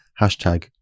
hashtag